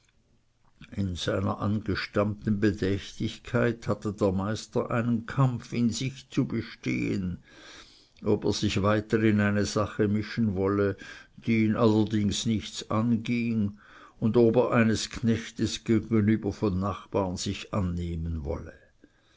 in seiner angestammten bedächtigkeit hatte der meister einen kampf in sich zu bestehen ob er sich weiter in eine sache mischen wolle die ihn allerdings nichts anging und ob er eines knechtes gegenüber von nachbarn sich annehmen wolle